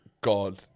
God